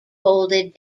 folded